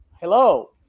hello